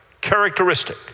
characteristic